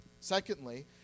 Secondly